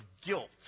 guilt